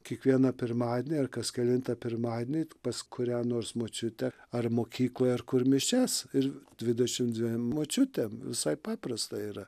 kiekvieną pirmadienį ar kas kelintą pirmadienį eit pas kurią nors močiutę ar mokykloj ar kur mišias ir dvidešim dviem močiutėm visai paprasta yra